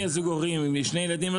מגיע זוג הורים עם שני ילדים.